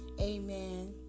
Amen